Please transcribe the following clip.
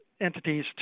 entities